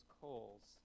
coals